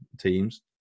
teams